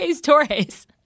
Torre's